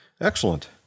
Excellent